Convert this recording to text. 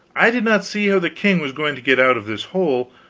i did not see how the king was going to get out of this hole.